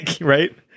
right